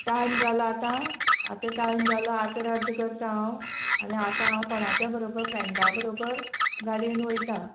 time जालो आतां आतां टायम जालो आतां रद्द करता हांव आनी आतां हांव कोणाच्या बरोबर फ्रेंडा बरोबर गाडयेन वयता